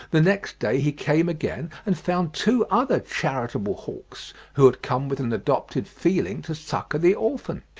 the next day he came again and found two other charitable hawks, who had come with an adopted feeling to succour the orphan.